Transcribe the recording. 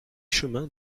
chemin